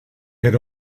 had